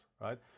right